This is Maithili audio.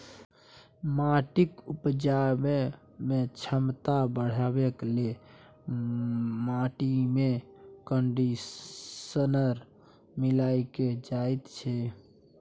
माटिक उपजेबाक क्षमता बढ़ेबाक लेल माटिमे कंडीशनर मिलाएल जाइत छै